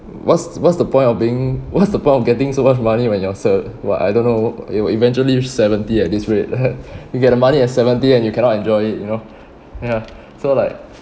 what's what's the point of being what's the point of getting so much money when you're ser~ what I don't know it will eventually reach seventy at this rate you get the money at seventy and you cannot enjoy it you know ya so like